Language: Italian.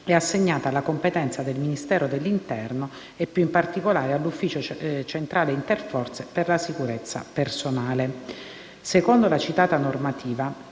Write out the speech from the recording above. è assegnata alla competenza del Ministero dell'interno e, più in particolare, all'ufficio centrale interforze per la sicurezza personale. Secondo la citata normativa,